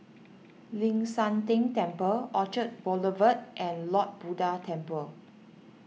Ling San Teng Temple Orchard Boulevard and Lord Buddha Temple